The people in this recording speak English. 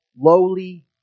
lowly